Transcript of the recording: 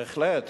בהחלט,